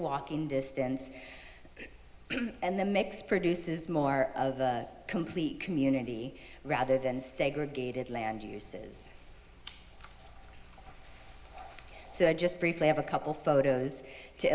walking distance and the mix produces more of a complete community rather than segregated land uses just briefly of a couple photos to